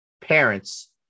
parents